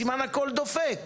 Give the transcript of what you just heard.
סימן שהכול דופק.